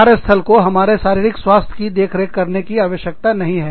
कार्य स्थल को हमारे शारीरिक स्वास्थ्य की देखरेख की आवश्यकता नहीं है